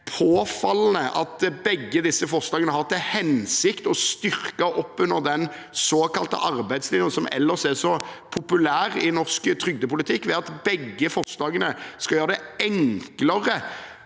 påfallende at begge forslagene har til hensikt å styrke den såkalte arbeidslinjen, som ellers er så populær i norsk trygdepolitikk, ved at begge forslagene skal gjøre det enklere